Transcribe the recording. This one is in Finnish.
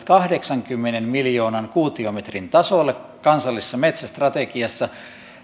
kahdeksankymmenen miljoonan kuutiometrin tasolle kansallisessa metsästrategiassa